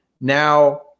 now